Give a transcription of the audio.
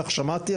כך שמעתי,